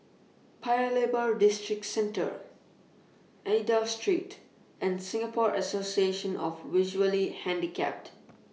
Paya Lebar Districentre Aida Street and Singapore Association of Visually Handicapped